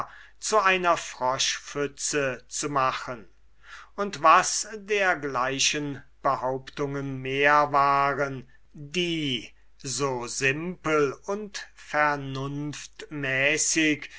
zu einer froschpfütze zu machen und was dergleichen behauptungen mehr waren die so simpel und